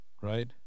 Right